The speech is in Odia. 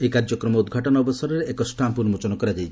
ଏହି କାର୍ଯ୍ୟକ୍ରମ ଉଦ୍ଘାଟନ ଅବସରରେ ଏକ ଷ୍ଟାମ୍ପ୍ ଉନ୍ନୋଚନ କରାଯାଇଛି